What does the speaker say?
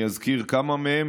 אני אזכיר כמה מהם,